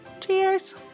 Cheers